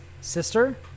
sister